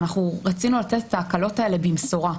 אנחנו רצינו לתת את ההקלות האלה במשורה.